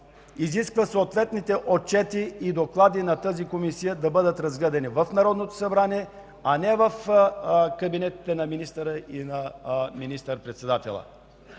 изисква съответните отчети и доклади на тази Комисия да бъдат разглеждани в Народното събрание, а не в кабинетите на министъра и на министър-председателя.